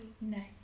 No